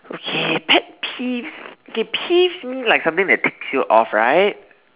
okay pet peeves okay peeves means like something that ticks you off right